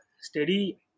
steady